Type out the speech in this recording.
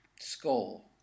Skull